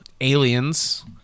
aliens